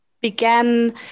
began